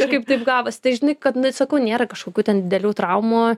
kažkaip taip gavosi tai žinai kad nu sakau nėra kažkokių ten didelių traumų